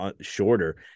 shorter